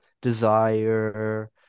Desire